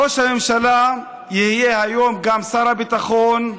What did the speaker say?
ראש הממשלה יהיה היום גם שר הביטחון,